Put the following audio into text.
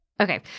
Okay